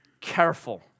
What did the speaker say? careful